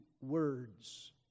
words